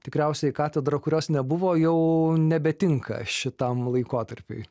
tikriausiai katedra kurios nebuvo jau nebetinka šitam laikotarpiui